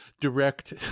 direct